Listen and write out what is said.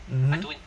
mmhmm